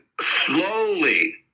slowly